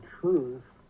truth